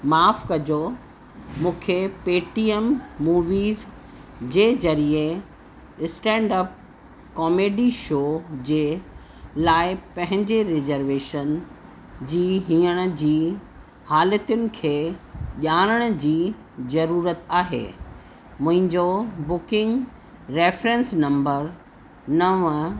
माफ़ि कॼो मूंखे Paytm movies जे ज़रिए स्टेंडअप कॉमेडी शो जे लाइ पंहिंजे रिजर्वेशन जी हींअर जी हालतियुनि खे ॼाणण जी ज़रूरत आहे मुंहिंजो बुकिंग रेफ्रेंस नंबर नव